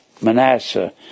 Manasseh